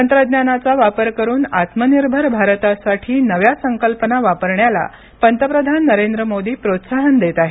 तंत्रज्ञानाचा वापर करुन आत्मनिर्भर भारतासाठी नव्या संकल्पना वापरण्यालापंतप्रधान नरेंद्र मोदी प्रोत्साहन देत आहेत